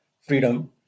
freedom